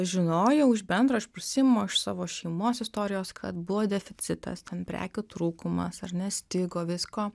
žinojau iš bendro išprusimo iš savo šeimos istorijos kad buvo deficitas ten prekių trūkumas ar ne stigo visko